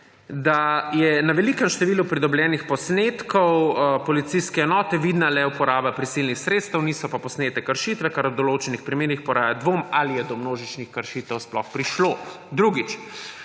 da je na velikem številu pridobljenih posnetkov policijske enote vidna le uporaba prisilnih sredstev, niso pa posnete kršitve, kar v določenih primerih poraja dvom, ali je do množičnih kršitev sploh prišlo. Drugič,